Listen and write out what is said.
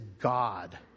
God